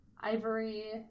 ivory